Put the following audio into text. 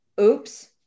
Oops